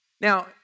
Now